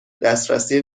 دسترسی